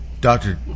Doctor